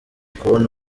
kubona